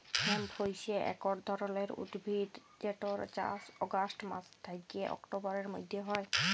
hemp হইসে একট ধরণের উদ্ভিদ যেটর চাস অগাস্ট মাস থ্যাকে অক্টোবরের মধ্য হয়